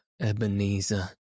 Ebenezer